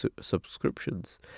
subscriptions